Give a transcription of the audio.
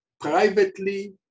privately